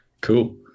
cool